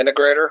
integrator